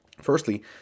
Firstly